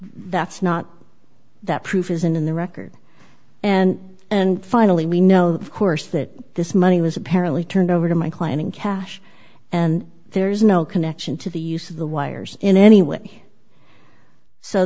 that's not that proof isn't in the record and and finally we know of course that this money was apparently turned over to my client in cash and there is no connection to the use of the wires in any way so